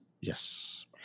Yes